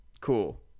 cool